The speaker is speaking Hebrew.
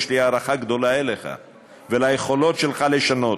יש לי הערכה גדולה אליך וליכולת שלך לשנות,